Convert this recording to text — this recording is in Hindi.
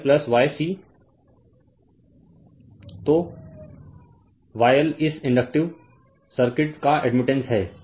Refer Slide Time 0041 तो YL इस इंडक्टिव सर्किट का एडमिटन्स है